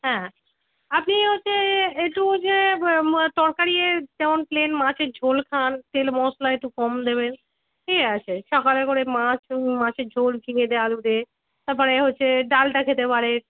হ্যাঁ আপনি হচ্ছে একটু যে তরকারি যেমন প্লেন মাছের ঝোল খান তেল মশলা একটু কম দেবেন ঠিক আছে সকালে করে মাছ মাছের ঝোল ঝিঙে দিয়ে আলু দিয়ে তার পরে হচ্ছে ডালটা খেতে পারে